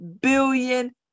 billion